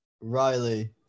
Riley